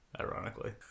ironically